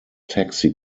taxi